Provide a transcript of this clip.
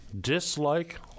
dislike